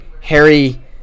Harry